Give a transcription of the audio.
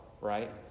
right